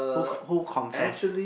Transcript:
who con~ who confess